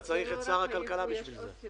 אתה צריך את שר הכלכלה בשביל זה.